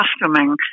costuming